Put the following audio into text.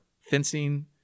fencing